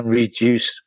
reduce